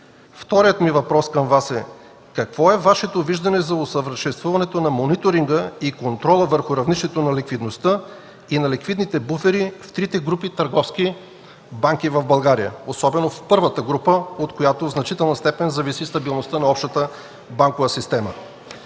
Вторият ми въпрос към Вас е: какво е Вашето виждане за усъвършенстването на мониторинга и контрола върху равнището на ликвидността и на ликвидните буфери в трите групи търговски банки в България, особено в първата група, от която в значителна степен зависи стабилността на общата банкова система?